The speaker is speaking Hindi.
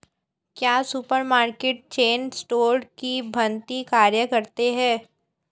क्या सुपरमार्केट चेन स्टोर की भांति कार्य करते हैं?